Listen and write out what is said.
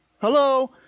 Hello